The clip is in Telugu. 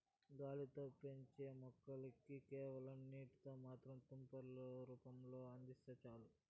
గాలిలో పెంచే మొక్కలకి కేవలం నీటిని మాత్రమే తుంపర్ల రూపంలో అందిస్తే చాలు